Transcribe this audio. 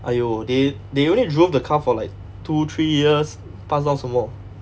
!aiyo! they they only drove the car for like two three years pass down 什么